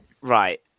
Right